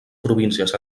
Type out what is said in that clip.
províncies